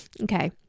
Okay